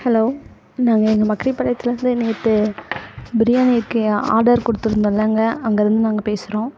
hello நாங்கள் இங்கே மக்கிரிப்பாளையத்துலேந்து நேற்று பிரியாணிக்கு ஆடர் கொடுத்துருந்தோம் இல்லேங்க அங்கேருந்து நாங்கள் பேசுகிறோம்